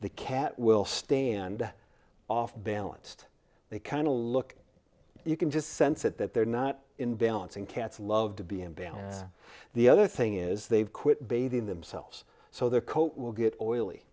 the cat will stand off balanced they kind of look you can just sense it that they're not in balance and cats love to be in balance the other thing is they've quit bathing themselves so their coat will get oily